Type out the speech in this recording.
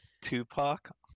Tupac